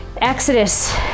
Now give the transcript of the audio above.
Exodus